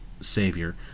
savior